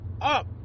up